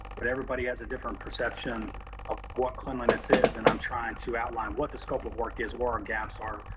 but everybody has a different perception of what cleanliness is. and i'm trying to outline what the scope of work is, where our gaps are.